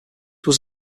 was